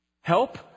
help